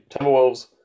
Timberwolves